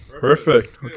perfect